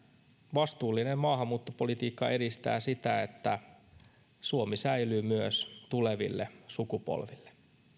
vastuullinen maahanmuuttopolitiikka edistää sitä että suomi säilyy myös tuleville sukupolville